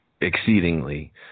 exceedingly